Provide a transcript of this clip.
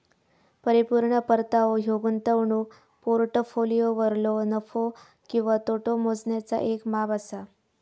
परिपूर्ण परतावो ह्यो गुंतवणूक पोर्टफोलिओवरलो नफो किंवा तोटो मोजण्याचा येक माप असा